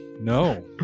No